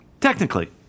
Technically